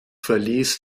verließ